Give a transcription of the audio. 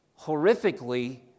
horrifically